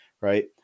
right